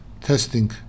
testing